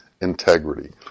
integrity